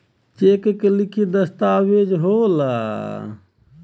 check एक लिखित दस्तावेज होला